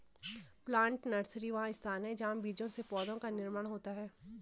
plant nursery वह स्थान है जहां बीजों से पौधों का निर्माण होता है